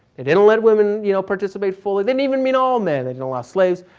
they didn't let women you know participate fully. they didn't even mean all men. they didn't allow slaves.